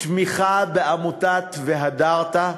תמיכה בעמותת "והדרת",